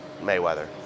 Mayweather